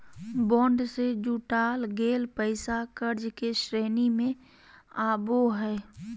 bond से जुटाल गेल पैसा कर्ज के श्रेणी में आवो हइ